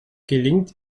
gelingt